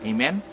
Amen